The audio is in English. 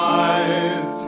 eyes